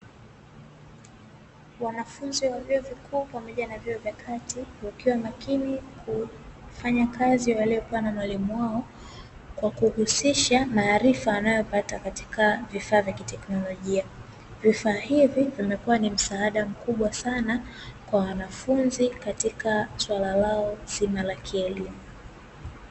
Wanafunzi wa vyuo vikuu pamoja vyuo vya kati, wakiwa makini kufanya kazi waliyopewa na mwalimu wao kwa kuhusisha maarifa wanayopata katika vifaa vya kiteknolojia, vifaa hivyo vimekuwa msaada mkubwa sana kwa wanafunzi katika swala lao la kielimu.